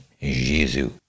Jesus